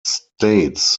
states